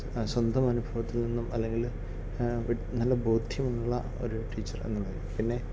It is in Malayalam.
സ്വന്തം അനുഭവത്തിൽ നിന്നും അല്ലെങ്കിൽ നല്ല ബോധ്യമുള്ള ഒരു ടീച്ചർ എന്ന കാര്യം പിന്നെ